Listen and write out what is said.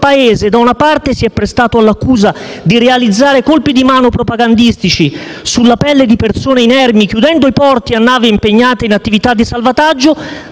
Paese da una parte si è prestato all'accusa di realizzare colpi di mano propagandistici sulla pelle di persone inermi, chiudendo i porti a navi impegnate in attività di salvataggio,